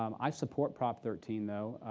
um i support prop. thirteen, though,